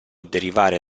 derivare